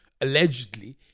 allegedly